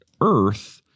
earth